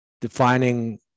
defining